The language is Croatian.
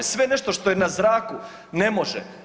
Sve nešto što je na zraku ne može.